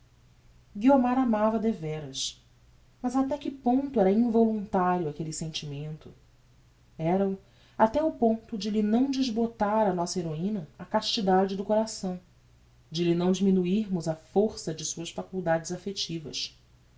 guiomar amava deveras mas até que ponto era involuntario aquelle sentimento era-o até o ponto de lhe não desbotar á nossa heroina a castidade do coração de lhe não diminuirmos a força de suas faculdades affectivas